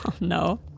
No